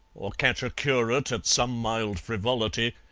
or catch a curate at some mild frivolity,